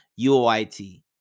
UOIT